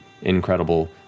incredible